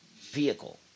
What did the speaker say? vehicle